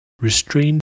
Restrained